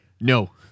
no